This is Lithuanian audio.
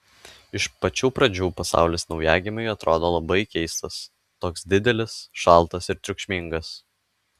iš pačių pradžių pasaulis naujagimiui atrodo labai keistas toks didelis šaltas ir triukšmingas